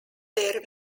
their